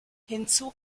hinzu